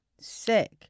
sick